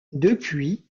depuis